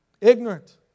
Ignorant